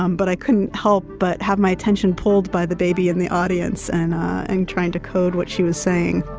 um but i couldn't help but have my attention pulled by the baby in the audience and and trying to code what she was saying